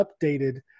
updated